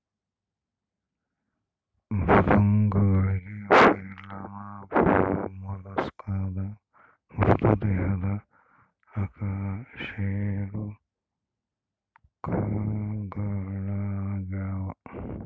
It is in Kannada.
ಮೃದ್ವಂಗಿಗಳು ಫೈಲಮ್ ಮೊಲಸ್ಕಾದ ಮೃದು ದೇಹದ ಅಕಶೇರುಕಗಳಾಗ್ಯವ